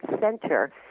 center